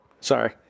Sorry